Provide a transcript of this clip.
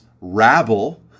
rabble